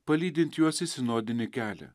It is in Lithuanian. palydint juos į sinodinį kelią